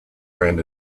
ran